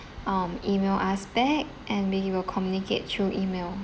um email us back and we will communicate through email